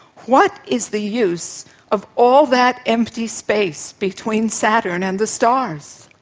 what is the use of all that empty space between saturn and the stars?